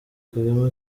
kagame